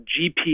GPS